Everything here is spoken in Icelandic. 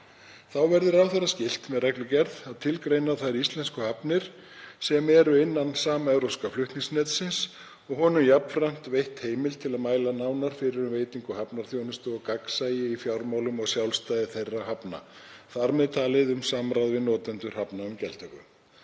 Þá verði ráðherra skylt með reglugerð að tilgreina þær íslensku hafnir sem eru innan samevrópska flutninganetsins og honum jafnframt veitt heimild til að mæla nánar fyrir um veitingu hafnarþjónustu og gagnsæi í fjármálum og sjálfstæði þeirra hafna, þar með talið um samráð við notendur hafna um gjaldtöku.